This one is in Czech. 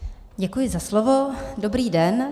Děkuji za slovo, dobrý den.